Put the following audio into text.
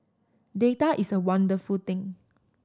data is a wonderful thing